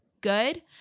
good